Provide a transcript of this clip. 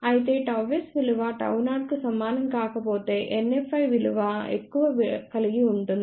అయితే ΓS విలువ Γ0 కు సమానం కాకపోతే NFi ఎక్కువ విలువను కలిగి ఉంటుంది